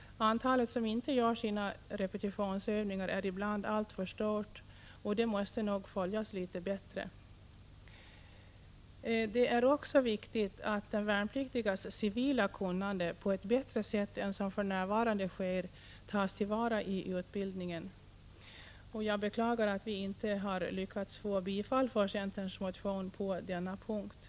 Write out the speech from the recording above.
Antalet personer som inte gör sina repetitionsövningar är ibland alltför stort, och det måste nog följas upp litet bättre. Det är också viktigt att de värnpliktigas civila kunnande på ett bättre sätt än som för närvarande sker tas till vara i utbildningen. Jag beklagar att vi inte lyckats få bifall för centerns motion på denna punkt.